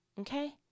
Okay